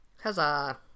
Huzzah